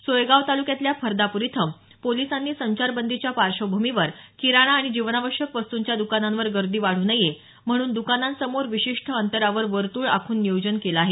सोयगाव तालुक्यातल्या फर्दापूर इथं पोलिसांनी संचारबंदीच्या पार्श्वभूमीवर किराणा आणि जीवनावश्यक वस्तूंच्या द्कानांवर गर्दी वाढू नये म्हणून दुकांनाबाहेर विशिष्ट अंतरावर वर्तुळ आखून नियोजन केलं आहे